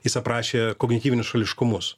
jis aprašė kognityvinius šališkumus